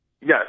Yes